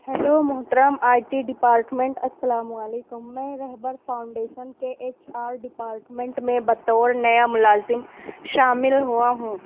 hello محترم I T department السلام علیکم میں رہبر فاؤنڈیشن کے ایچ آر ڈپارٹمنٹ میں بطور نیا ملازم شامل ہوا ہوں